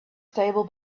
stable